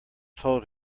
told